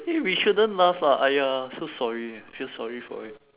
eh we shouldn't laugh lah !aiya! so sorry eh I feel sorry for him